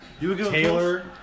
Taylor